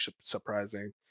surprising